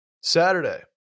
Saturday